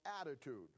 attitude